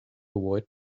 avoid